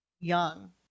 young